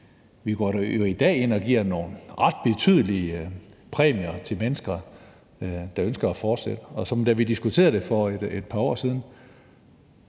vi går jo i dag ind og giver nogle ret betydelige præmier til mennesker, der ønsker at fortsætte. Da vi diskuterede det for et par år siden,